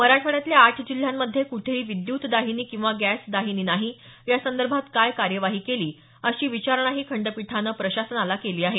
मराठवाड्यातल्या आठ जिल्ह्यांमध्ये कुठेही विद्युत दाहिनी किंवा गॅस दाहिनी नाही यासंदर्भात काय कार्यवाही केली अशी विचारणाही खंडपीठानं प्रशासनाला केली आहे